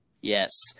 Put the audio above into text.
Yes